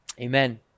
Amen